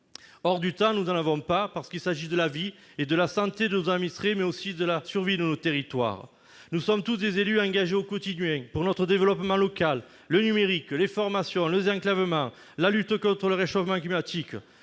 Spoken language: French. Or du temps, nous n'en avons pas, parce qu'il s'agit de la vie et de la santé de nos administrés, mais aussi de la survie de nos territoires. Nous sommes tous des élus engagés au quotidien pour notre développement local, le numérique, les formations, le désenclavement, la lutte contre le réchauffement climatique.